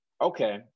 okay